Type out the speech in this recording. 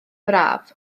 braf